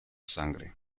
sangre